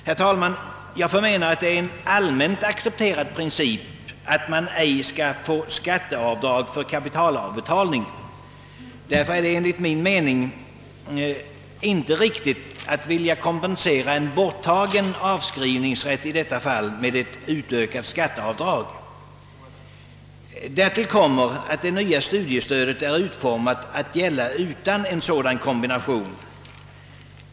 Herr talman! Jag menar att det är en allmänt accepterad princip, att man inte får göra skatteavdrag för kapitalavbetalning. Därför är det enligt min mening inte riktigt att vilja kompensera en borttagen avskrivningsrätt i detta fall med ett utökat skatteavdrag. Därtill kommer att det nya studiestödet är utformat att gälla utan en sådan kombination.